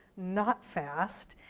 not fast,